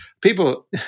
People